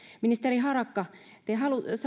ministeri harakka te